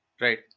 Right